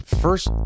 First